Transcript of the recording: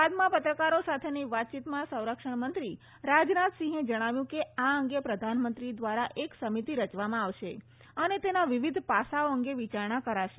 બાદમાં પત્રકારો સાથેની વાતચીતમાં સંરક્ષણમંત્રી રાજનાથસિંહે જણાવ્યું કે આ અંગે પ્રધાનમંત્રી દ્વારા એક સમિતિ રચવામાં આવશે અને તેનાં વિવિધ પાસાંઓ અંગે વિચારણા કરાશે